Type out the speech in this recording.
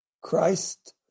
Christ